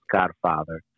godfather